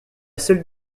seule